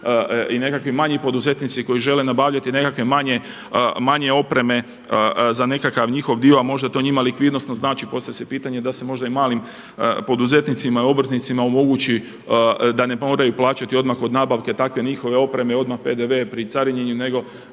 i nekakvi manji poduzetnici koji žele nabavljati nekakve manje opreme za nekakav njihov dio, a možda to njima likvidnosno znači. Postavlja se pitanje da se možda i malim poduzetnicima i obrtnicima omogući da ne moraju plaćati odmah od nabavke takve njihove opreme odmah PDV pri carinjenju, nego